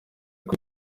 kuri